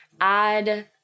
add